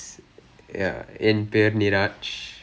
என் பெயர்:en peyar niraj